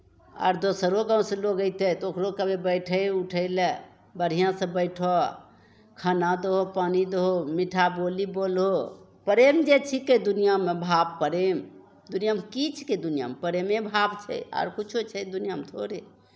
आर दोसरो गाँवसँ लोक अयतै तऽ ओकरो कहबै बैठय उठय लए बढ़िआँसँ बैठह खाना दहौ पानि दहौ मीठा बोली बोलहौ प्रेम जे छिके दुनिआँमे भाव प्रेम दुनिआँमे की छिकै दुनियआँमे प्रेमे भाव छै आर किछो छै दुनिआँमे थोड़े